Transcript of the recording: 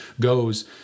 goes